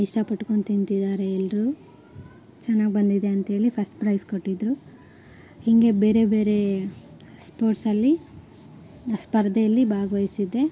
ಇಷ್ಟಪಟ್ಕೊಂಡು ತಿಂತಿದ್ದಾರೆ ಎಲ್ಲರೂ ಚೆನ್ನಾಗ್ ಬಂದಿದೆ ಅಂತೇಳಿ ಫಸ್ಟ್ ಪ್ರೈಸ್ ಕೊಟ್ಟಿದ್ರು ಹೀಗೇ ಬೇರೆ ಬೇರೇ ಸ್ಪೋರ್ಟ್ಸಲ್ಲಿ ಸ್ಪರ್ಧೆಯಲ್ಲಿ ಭಾಗ್ವಹಿಸಿದ್ದೆ